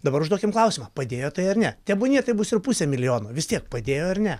dabar užduokim klausimą padėjo tai ar ne tebūnie tai bus ir pusė milijono vis tiek padėjo ar ne